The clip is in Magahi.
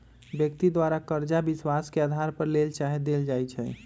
व्यक्ति द्वारा करजा विश्वास के अधार पर लेल चाहे देल जाइ छइ